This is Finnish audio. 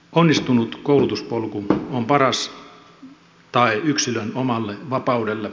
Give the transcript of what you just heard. onnistunut koulutuspolku on paras tae yksilön omalle vapaudelle